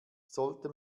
sollte